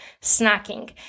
snacking